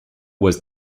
was